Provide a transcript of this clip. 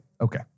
Okay